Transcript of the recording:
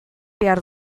behar